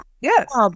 Yes